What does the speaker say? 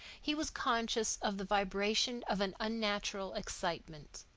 he was conscious of the vibration of an unnatural excitement.